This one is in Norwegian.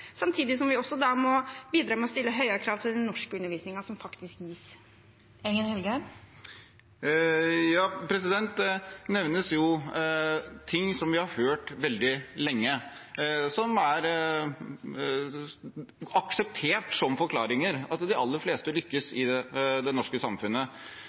samtidig som vi også da må bidra ved å stille høyere krav til den norskundervisningen som faktisk gis. Det åpnes for oppfølgingsspørsmål – først Jon Engen-Helgheim. Det nevnes ting vi har hørt veldig lenge, som er akseptert som forklaringer, at de aller fleste lykkes i det norske samfunnet.